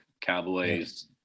cowboys